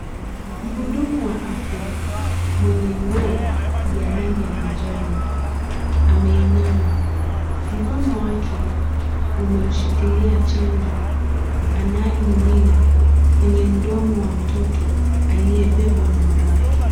Mhudumu wa afya mwenye nguo ya rangi ya manjano ameinama, mkono wake umeushikilia chanjo anayomimina kwenye mdomo wa mtoto aliyebebwa na mamake.